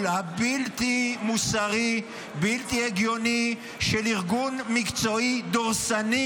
הבלתי-מוסרי והבלתי-הגיוני של ארגון מקצועי דורסני,